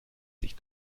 sich